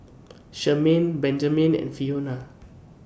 Benjamen and Fiona